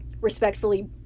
respectfully